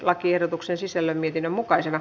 lakiehdotuksen sisällön mietinnön mukaisena